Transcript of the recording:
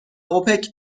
اوپک